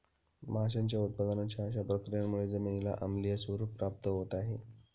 माशांच्या उत्पादनाच्या अशा प्रक्रियांमुळे जमिनीला आम्लीय स्वरूप प्राप्त होत आहे